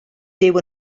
byw